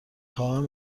خواهم